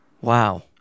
Wow